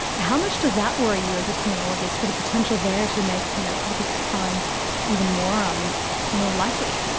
how much does that worry you as a criminologist for the potential there to make you know copycat crimes even more um more likely?